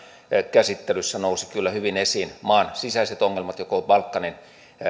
käsittelyssä nousi kyllä hyvin esiin maan sisäiset ongelmat ja koko balkanin